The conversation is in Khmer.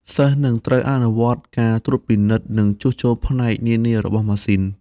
សិស្សនឹងត្រូវអនុវត្តការត្រួតពិនិត្យនិងជួសជុលផ្នែកនានារបស់ម៉ាស៊ីន។